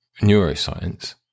neuroscience